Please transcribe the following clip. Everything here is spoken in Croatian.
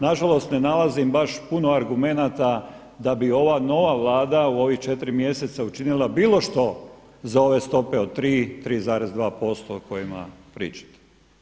Nažalost, ne nalazim baš puno argumenata da bi ova nova Vlada u ova četiri mjeseca učinila bilo što za ove stope od 3, 3,2% o kojima pričate.